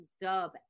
dub